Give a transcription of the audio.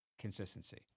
consistency